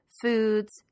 foods